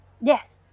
Yes